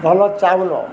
ଭଲ ଚାଉଳ